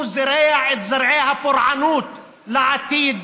הוא זורע את זרעי הפורענות לעתיד.